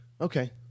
Okay